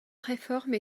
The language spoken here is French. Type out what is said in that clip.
réformes